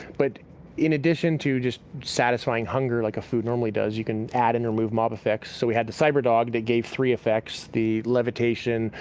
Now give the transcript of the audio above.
but in addition to just satisfying hunger like a food normally does, you can add and remove mob effects. so we had the cyber dog, they gave three effects the levitation,